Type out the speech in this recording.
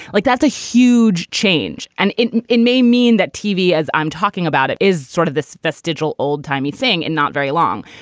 like that's a huge change. and it may mean that tv, as i'm talking about it, is sort of this vestigial old timey thing and not very long.